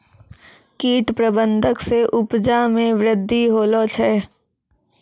कीट प्रबंधक से उपजा मे वृद्धि होलो छै